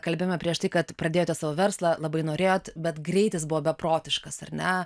kalbėjome prieš tai kad pradėjote savo verslą labai norėjot bet greitis buvo beprotiškas ar ne